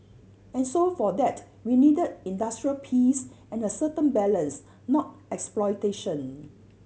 and so for that we needed industrial peace and a certain balance not exploitation